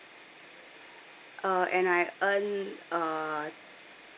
uh and I earn uh